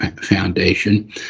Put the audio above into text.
Foundation